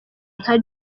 nka